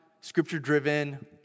Scripture-driven